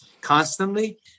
constantly